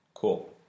Cool